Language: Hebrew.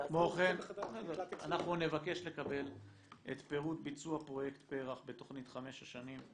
כמו כן אנחנו נבקש לקבל את פירוט ביצוע פרויקט פרח בתכנית חמש השנים.